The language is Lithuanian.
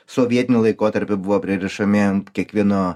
sovietiniu laikotarpiu buvo pririšami ant kiekvieno